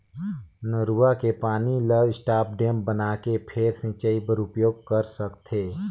नरूवा के पानी ल स्टॉप डेम बनाके फेर सिंचई बर उपयोग कर सकथे